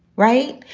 right.